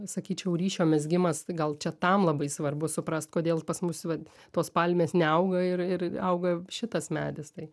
sakyčiau ryšio mezgimas gal čia tam labai svarbu suprast kodėl pas mus vat tos palmės neauga ir ir auga šitas medis tai